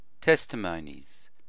Testimonies